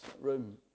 room